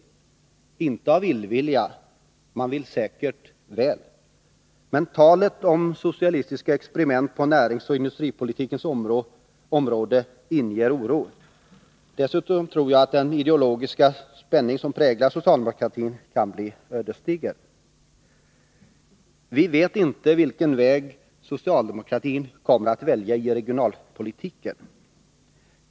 Jag tror inte att det är fråga om illvilja — man vill säkert väl. Men talet om socialistiska experiment på näringsoch industripolitikens område inger oro. Dessutom tror jag att den ideologiska spänning som präglar socialdemokratin kan bli ödesdiger. Vi vet inte vilken väg socialdemokratin kommer att välja i regionalpolitiken.